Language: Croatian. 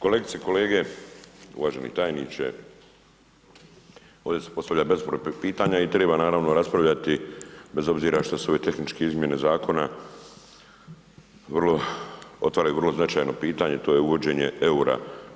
Kolegice i kolege, uvaženi tajniče ovde se postavlja bezbroj pitanja i triba naravno raspravljati bez obzira što su ove tehničke izmjene zakona vrlo, otvaraju vrlo značajno pitanje to je uvođenje EUR-a.